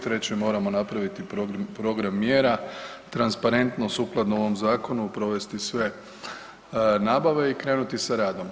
Treće, moramo napraviti program mjera transparentno sukladno ovom zakonu provesti sve nabave i krenuti sa radom.